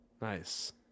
Nice